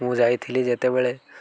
ମୁଁ ଯାଇଥିଲି ଯେତେବେଳେ